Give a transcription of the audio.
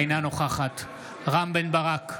אינה נוכחת רם בן ברק,